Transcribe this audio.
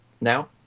now